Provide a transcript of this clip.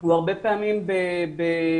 היא הרבה פעמים בפחד,